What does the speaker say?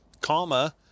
comma